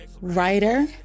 writer